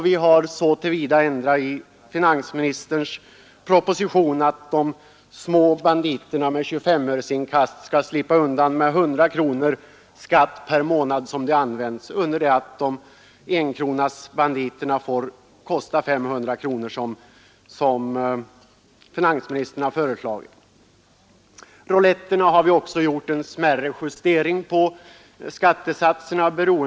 Vi har så till vida ändrat finansministerns proposition att de små banditerna med 25-öresinkast föreslås slippa undan med 100 kronor i skatt per månad som de används, under det att enkronasbanditerna får kosta ägaren 500 kronor som finansministern har föreslagit. Också i fråga om rouletterna har utskottet gjort en smärre justering av skattesatserna.